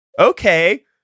okay